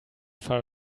far